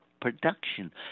production